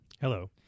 Hello